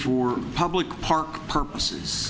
for public park purposes